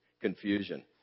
confusion